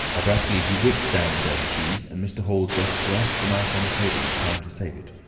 abruptly he whipped down the bread and cheese, and mr. hall just grasped the knife on the table in time to save it.